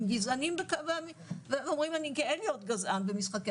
עם גזענים והם אומרים אני גאה להיות גזען במשחקי